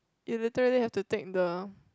you literally have to take the